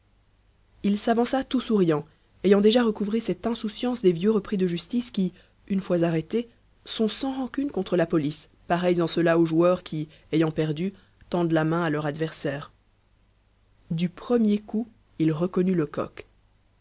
il s'avança tout souriant ayant déjà recouvré cette insouciance des vieux repris de justice qui une fois arrêtés sont sans rancune contre la police pareils en cela aux joueurs qui ayant perdu tendent la main à leur adversaire du premier coup il reconnut lecoq